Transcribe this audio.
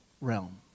realm